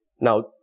Now